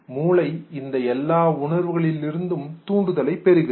மூளை இந்த எல்லாம் உணர்வுகளிலிருந்து தூண்டுதலை பெறுகிறது